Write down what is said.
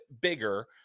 bigger